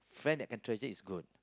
friend that can treasure is good